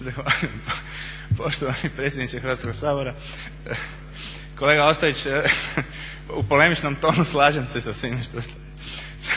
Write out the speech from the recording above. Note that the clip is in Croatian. **Kolman, Igor (HNS)** Zahvaljujem poštovani predsjedniče Hrvatskog sabora. Kolega Ostojić, u polemičnom tonu slažem se sa svime što ste